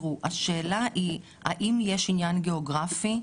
היא האם יש עניין גיאוגרפי?